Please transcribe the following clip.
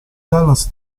dallas